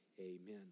amen